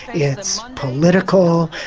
it's political,